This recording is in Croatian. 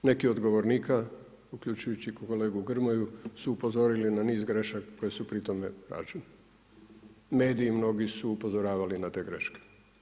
Neki od govornika, uključujući i kolegu Grmoju su upozorili na niz grešaka koje su pri tome rađene., mediji mnogi su upozoravali na te greške.